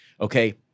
Okay